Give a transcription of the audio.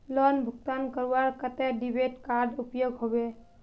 Loan भुगतान करवार केते डेबिट कार्ड उपयोग होबे?